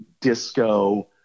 disco